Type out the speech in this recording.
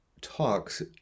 talks